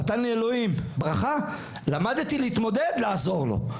נתן לי אלוהים ברכה, למדתי להתמודד לעזור לו.